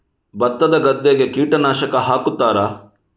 ಭತ್ತದ ಗದ್ದೆಗೆ ಕೀಟನಾಶಕ ಹಾಕುತ್ತಾರಾ?